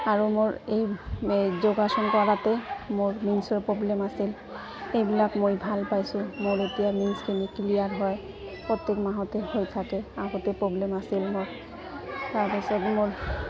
আৰু মোৰ এই এই যোগাসন কৰাতে মোৰ মেইন্সৰ প্ৰব্লেম আছিল এইবিলাক মই ভাল পাইছোঁ মোৰ এতিয়া মেইন্সখিনি ক্লিয়াৰ হয় প্ৰত্যেক মাহতেই হৈ থাকে আগতে প্ৰব্লেম আছিল মোৰ তাৰপিছত মোৰ